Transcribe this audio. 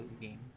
game